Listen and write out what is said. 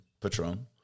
Patron